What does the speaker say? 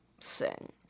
Sing